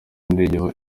z’indege